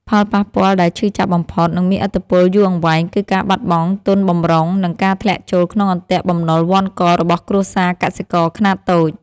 ផលប៉ះពាល់ដែលឈឺចាប់បំផុត និងមានឥទ្ធិពលយូរអង្វែង គឺការបាត់បង់ទុនបម្រុង និងការធ្លាក់ចូលក្នុងអន្ទាក់បំណុលវណ្ឌករបស់គ្រួសារកសិករខ្នាតតូច។